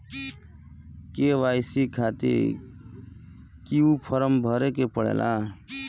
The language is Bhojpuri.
के.वाइ.सी खातिर क्यूं फर्म भरे के पड़ेला?